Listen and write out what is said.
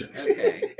Okay